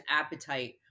appetite